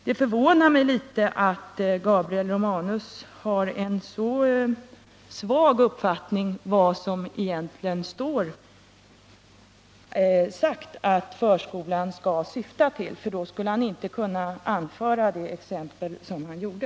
Det förvånar mig litet att Gabriel Romanus har en så svag uppfattning om vad det egentligen står angivet att förskolan skall syfta till. Om han inte hade en så svag uppfattning om detta skulle han inte ha tagit det exempel som han här anförde.